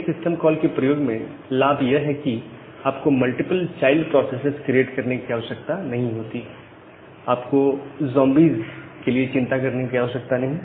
select system call के प्रयोग में लाभ यह है कि आपको मल्टीपल चाइल्ड प्रोसेसेस क्रिएट करने की आवश्यकता नहीं होती है आपको जोंबीज के लिए चिंता करने की आवश्यकता नहीं